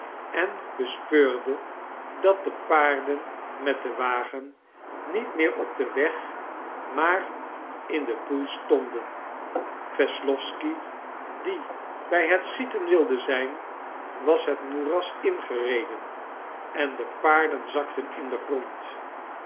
en bespeurde dat de paarden met den wagen niet meer op den weg maar in den poel stonden wesslowsky die bij het schieten wilde zijn was het moeras ingereden en de paarden zakten in den grond